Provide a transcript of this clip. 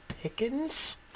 Pickens